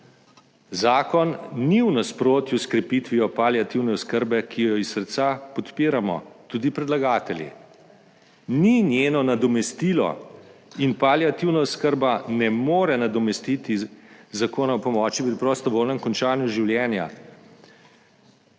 Zakon ni v nasprotju s krepitvijo paliativne oskrbe, ki jo iz srca podpiramo tudi predlagatelji. Ni njeno nadomestilo in paliativna oskrba ne more nadomestiti Zakona o pomoči pri prostovoljnem končanju življenja,